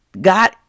god